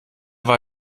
war